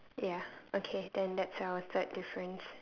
ya okay then that's our third difference